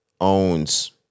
owns